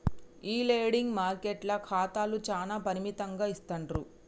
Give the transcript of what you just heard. ఈ లెండింగ్ మార్కెట్ల ఖాతాలు చానా పరిమితంగా ఇస్తాండ్రు